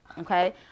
okay